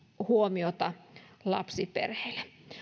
huomiota lapsiperheille